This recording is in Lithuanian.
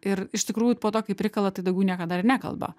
ir iš tikrųjų po to kai prikala tai daugiau niekada ir nekalba